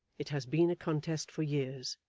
it has been a contest for years,